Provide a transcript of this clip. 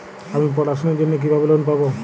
আমি পড়াশোনার জন্য কিভাবে লোন পাব?